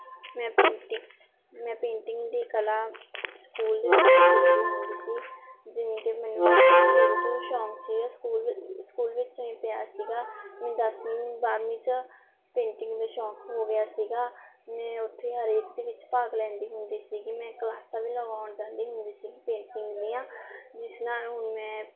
ਮੈਂ painting painting ਮੈਂ painting painting ਦੀ ਕਲਾ ਸਕੂਲ ਦੇ ਵਿੱਚ ਸਿੱਖਦੀ ਹੁੰਦੀ ਸੀ ਜਿਵੇਂ ਕਿ ਮੈਨੂੰ ਸ਼ੁਰੂ ਤੋਂ ਸ਼ੌਕ ਸੀਗਾ ਸਕੂਲ ਵ ਸਕੂਲ ਵਿੱਚੋਂ ਹੀ ਪਿਆ ਸੀਗਾ ਮੈਨੂੰ ਦਸਵੀਂ ਬਾਰਵੀਂ 'ਚ ਪੇਂਟਿੰਗ ਦਾ ਸ਼ੌਕ ਹੋ ਗਿਆ ਸੀਗਾ ਮੈਂ ਉੱਥੇ ਹਰੇਕ ਦੇ ਵਿੱਚ ਭਾਗ ਲੈਂਦੀ ਹੁੰਦੀ ਸੀਗੀ ਮੈਂ ਕਲਾਸਾਂ ਵੀ ਲਗਾਉਣ ਜਾਂਦੀ ਹੁੰਦੀ ਸੀਗੀ ਪੇਂਟਿੰਗ ਦੀਆਂ ਜਿਸ ਨਾਲ ਹੁਣ ਮੈਂ